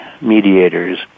mediators